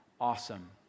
awesome